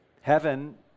Heaven